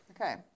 Okay